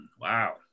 Wow